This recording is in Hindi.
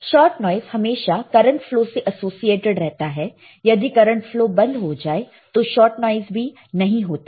शॉट नॉइस हमेशा करंट फ्लो से एसोसिएटेड रहता है यदि करंट फ्लो बंद हो जाए तो शॉट नॉइस भी नहीं होता है